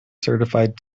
certified